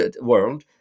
world